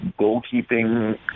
goalkeeping